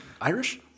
Irish